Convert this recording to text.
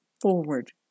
forward